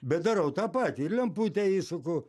bet darau tą patį ir lemputę įsuku